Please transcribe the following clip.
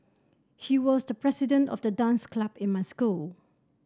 he was the president of the dance club in my school